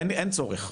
אין צורך.